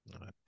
right